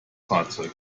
fahrzeug